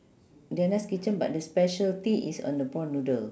deanna's kitchen but the specialty is on the prawn noodle